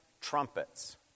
trumpets